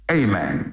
amen